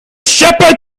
shepherd